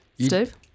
Steve